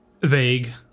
vague